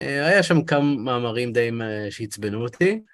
היה שם כמה מאמרים די שעצבנו אותי.